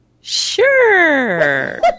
Sure